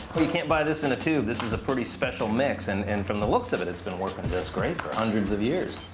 you can't buy this in a tube. this is a pretty special mix. and and from the looks of it, it's been working just great for hundreds of years.